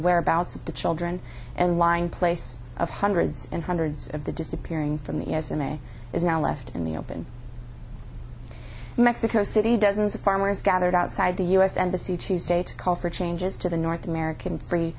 whereabouts of the children and lying place of hundreds and hundreds of the disappearing from the u s in may is now left in the open in mexico city dozens of farmers gathered outside the u s embassy tuesday to call for changes to the north american free